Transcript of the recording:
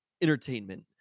entertainment